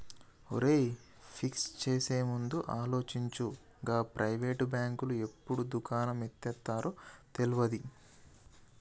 ఒరేయ్, ఫిక్స్ చేసేముందు ఆలోచించు, గా ప్రైవేటు బాంకులు ఎప్పుడు దుకాణం ఎత్తేత్తరో తెల్వది